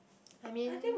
I mean